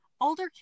older